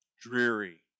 dreary